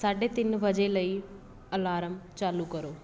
ਸਾਢੇ ਤਿੰਨ ਵਜੇ ਲਈ ਅਲਾਰਮ ਚਾਲੂ ਕਰੋ